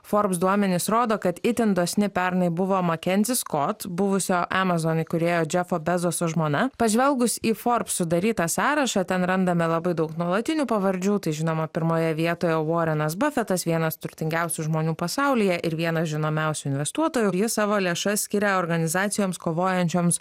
forbes duomenys rodo kad itin dosni pernai buvo makenzi skot buvusio amazon įkūrėjo džefo bezoso žmona pažvelgus į forbes sudarytą sąrašą ten randame labai daug nuolatinių pavardžių tai žinoma pirmoje vietoje vorenas bafetas vienas turtingiausių žmonių pasaulyje ir vienas žinomiausių investuotojų jis savo lėšas skiria organizacijoms kovojančioms